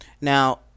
Now